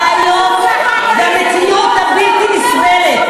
הבעיות והמציאות הבלתי-נסבלת,